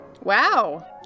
Wow